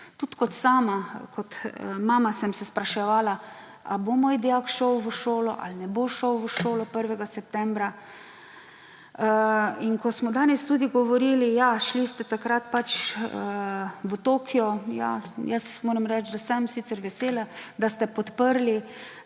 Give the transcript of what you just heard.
Tudi sama sem se kot mama spraševala, ali bo moj dijak šel v šolo ali ne bo šel v šolo 1. septembra. In ko smo danes tudi govorili, ja, šli ste takrat pač v Tokio. Ja, jaz moram reči, da sem sicer vesela, da ste podprli